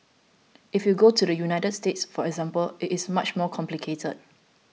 if you go to the United States for example it is much more complicated